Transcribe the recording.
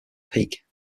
peak